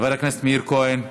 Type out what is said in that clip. חבר הכנסת מאיר כהן.